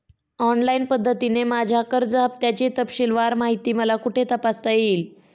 Online पद्धतीने माझ्या कर्ज हफ्त्याची तपशीलवार माहिती मला कुठे तपासता येईल?